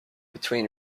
between